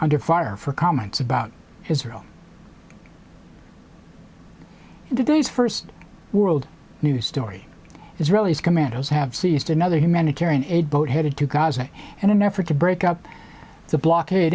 under fire for comments about israel and to those first world news story israelis commandos have seized another humanitarian aid boat headed to gaza and in an effort to break up the blockade